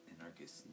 Anarchist